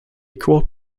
quote